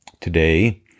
Today